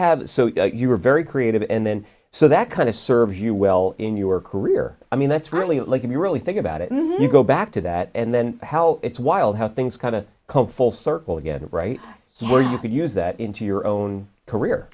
have you were very creative and then so that kind of serves you well in your career i mean that's really like you really think about it and you go back to that and then how it's wild how things kind of cope full circle again right where you could use that into your own